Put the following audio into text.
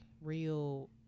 real